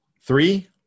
Three